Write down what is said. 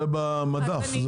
זה במדף.